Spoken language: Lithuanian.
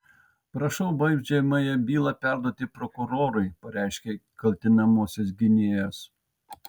prašau baudžiamąją bylą perduoti prokurorui pareiškė kaltinamosios gynėjas